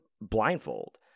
blindfold